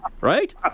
right